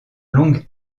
longue